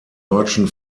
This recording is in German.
deutschen